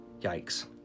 Yikes